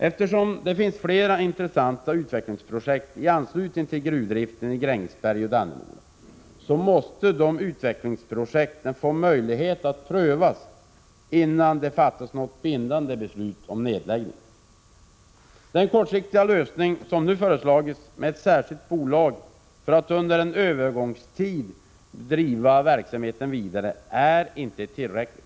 Eftersom det finns flera intressanta utvecklingsprojekt i anslutning till gruvdriften i Grängesberg och Dannemora, måste dessa projekt få möjlighet att prövas innan det fattas något bindande beslut om nedläggning. Den kortsiktiga lösning som nu föreslagits för att under en övergångstid driva verksamheten vidare med ett särskilt bolag är inte tillräcklig.